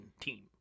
team